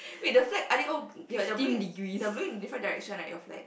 wait the flag are they all they are they are blowing they're blowing in different direction right your flag